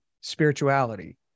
spirituality